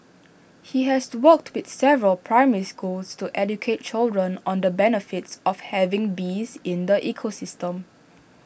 he has worked with several primary schools to educate children on the benefits of having bees in the ecosystem